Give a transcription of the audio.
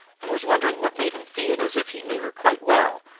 and was wondering what made him feel as if he knew her quite well,